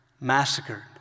massacred